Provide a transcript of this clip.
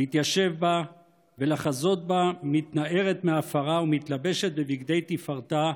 להתיישב בה ולחזות בה מתנערת מעפרה ומתלבשת בבגדי תפארתה,